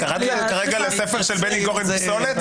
קראת כרגע לספר של בני גורן פסולת?